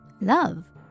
love